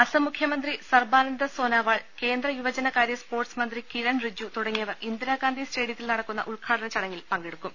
അസം മുഖ്യമന്ത്രി സർബാനന്ദ സോനാ വാൾ കേന്ദ്രയുവജന കാര്യ സ്പോർട്സ് മന്ത്രി കിരൺ റിജ്ജു ്തുടങ്ങിയവർ ഇന്ദിരാഗാന്ധി സ്റ്റേഡിയത്തിൽ നടക്കുന്ന ഉദ്ഘാടന ചടങ്ങിൽ പങ്കെടുക്കും